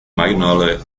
magnolia